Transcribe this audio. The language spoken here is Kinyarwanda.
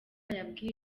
yabwiye